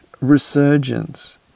resurgence